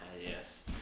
Yes